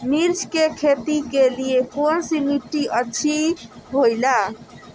मिर्च की खेती के लिए कौन सी मिट्टी अच्छी होईला?